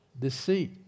Deceit